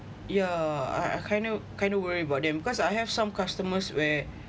yeah uh I kind of kind of worry about them because I have some customers where